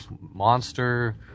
Monster